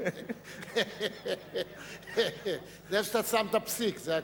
איפה אתה שם את הפסיק, זה הכול.